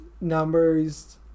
numbers